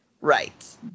Right